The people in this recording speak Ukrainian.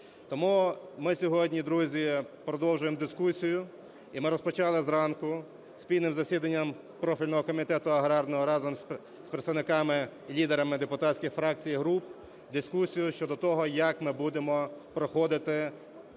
Тому ми сьогодні, друзі, продовжуємо дискусію, і ми розпочали зранку спільним засіданням профільного комітету аграрного разом з представниками і лідерами депутатських фракцій і груп дискусію щодо того, як ми будемо проходити